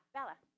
Bella